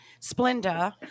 Splenda